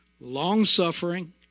long-suffering